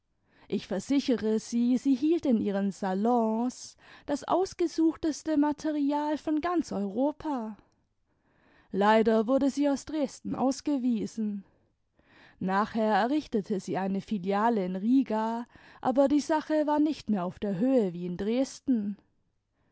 ich versichere sie sie hielt in ihren salons das ausgesuchteste material von ganz europa leider wurde sie aus dresden ausgewiesen nachher errichtete sie eine filiale in riga aber die sache war nicht mehr auf der höhe wie in dresden